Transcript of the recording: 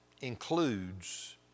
includes